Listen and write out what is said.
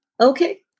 Okay